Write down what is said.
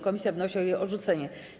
Komisja wnosi o jej odrzucenie.